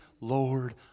Lord